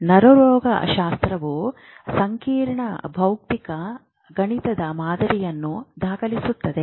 ನರರೋಗಶಾಸ್ತ್ರವು ಸಂಕೀರ್ಣ ಭೌತಿಕ ಗಣಿತದ ಮಾದರಿಯನ್ನು ದಾಖಲಿಸುತ್ತದೆ